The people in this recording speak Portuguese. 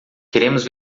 queremos